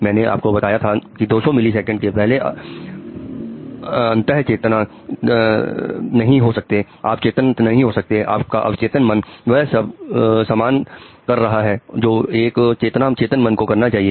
मैंने आपको बताया था कि 200 मिली सेकंड के पहले आफ चैतन्य नहीं हो सकते और आपका अवचेतन मन वह सब सामना कर रहा है जो एक चेतन मन को करना होता है